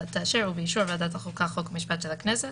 ובאישור ועדת החוקה חוק ומשפט של הכנסת